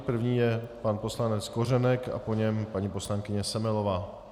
První je pan poslanec Kořenek a po něm paní poslankyně Semelová.